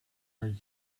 are